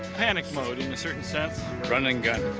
panic mode in a certain sense. run-and-gun.